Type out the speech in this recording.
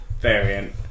variant